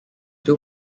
two